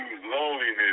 loneliness